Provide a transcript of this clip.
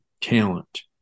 talent